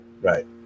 right